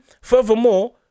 furthermore